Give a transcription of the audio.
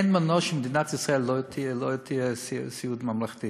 אין מנוס שבמדינת ישראל לא יהיה סיעוד ממלכתי.